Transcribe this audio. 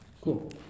Cool